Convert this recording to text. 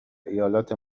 ایالت